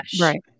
right